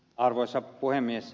arvoisa puhemies